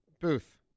Booth